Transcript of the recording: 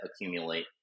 accumulate